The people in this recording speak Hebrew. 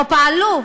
או פעלו,